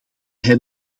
hij